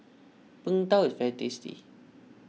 Png Tao is very tasty